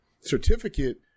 certificate